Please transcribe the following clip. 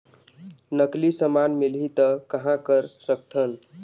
नकली समान मिलही त कहां कर सकथन?